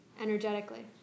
energetically